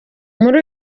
muri